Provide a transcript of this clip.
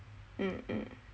mm mm